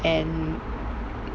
and